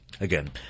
Again